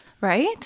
Right